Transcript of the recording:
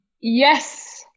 Yes